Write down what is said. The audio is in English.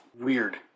weird